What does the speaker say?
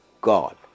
God